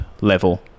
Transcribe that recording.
level